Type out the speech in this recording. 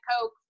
Coke